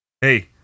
Hey